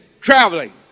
traveling